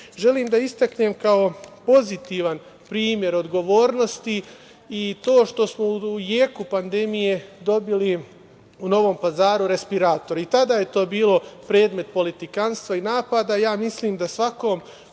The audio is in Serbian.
da istaknem kao pozitivan primer odgovornosti i to što smo u jeku pandemije dobili u Novom Pazaru respiratore. Tada je to bilo predmet politikanstva i napada. Mislim da svakom